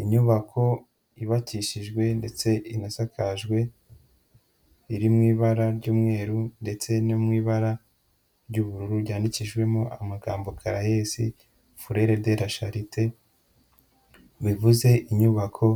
Inyubako yubakishijwe ndetse inasakajwe, iri mu ibara ry'umweru, ndetse no mu ibara ry'ubururu ryandikishijwemo amagambo Karayesi Furere de Rasharite, bivuze inyubako